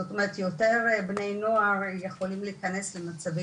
זאת אומרת יותר ויותר בני נוער יכולים להיכנס למצבים